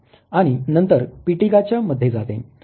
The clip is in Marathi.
आणि नंतर पिटिकाच्या मध्ये जाते